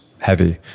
Heavy